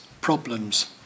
problems